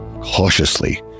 cautiously